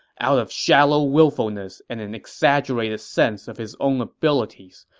out of shallow willfulness and an exaggerated sense of his own abilities,